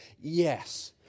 Yes